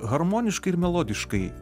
harmoniškai ir melodiškai